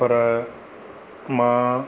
पर मां